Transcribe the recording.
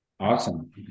Awesome